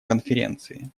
конференции